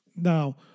Now